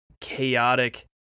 chaotic